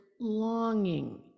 longing